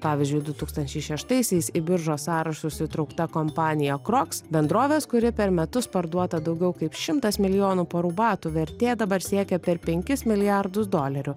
pavyzdžiui du tūkstančiai šeštaisiais į biržos sąrašus įtraukta kompanija crocs bendrovės kuri per metus parduota daugiau kaip šimtas milijonų porų batų vertė dabar siekia per penkis milijardus dolerių